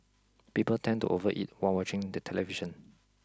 people tend to overeat while watching the television